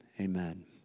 amen